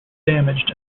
damaged